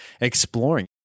exploring